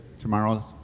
tomorrow